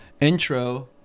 intro